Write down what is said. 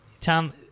Tom